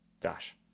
dash